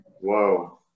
Whoa